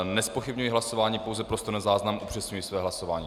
Nezpochybňuji hlasování, pouze pro stenozáznam upřesňuji své hlasování.